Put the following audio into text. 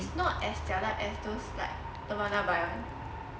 it's not as jialat as those like nirvana buy [one]